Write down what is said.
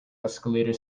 escalator